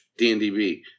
DNDB